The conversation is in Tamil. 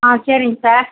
ஆ சரிங்க சார்